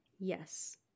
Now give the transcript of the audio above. Yes